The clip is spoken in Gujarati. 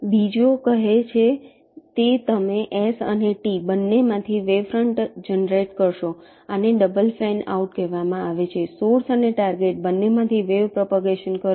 બીજો કહે છે તે તમે S અને T બંનેમાંથી વેવ ફ્રંટ જનરેટ કરશો આને ડબલ ફેન આઉટ કહેવામાં આવે છે સોર્સ અને ટાર્ગેટ બંનેમાંથી વેવ પ્રોપગેશન કરો